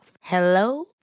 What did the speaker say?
Hello